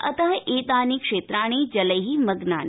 अत एतानि क्षेत्राणि जलै मग्नानि